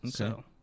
Okay